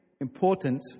important